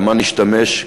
כמה נשתמש,